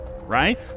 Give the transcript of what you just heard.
right